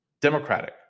Democratic